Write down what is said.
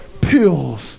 pills